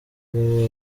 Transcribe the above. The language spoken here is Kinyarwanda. gereza